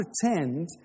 pretend